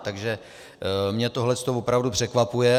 Takže mě tohle opravdu překvapuje.